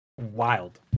wild